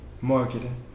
Marketing